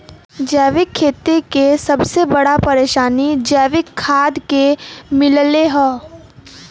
जैविक खेती के सबसे बड़ा परेशानी जैविक खाद के मिलले हौ